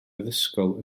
addysgol